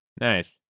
Nice